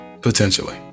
potentially